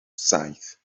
saith